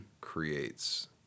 creates